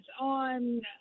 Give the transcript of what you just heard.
on